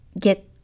get